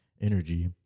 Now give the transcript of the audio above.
energy